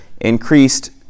increased